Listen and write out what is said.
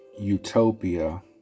utopia